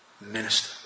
minister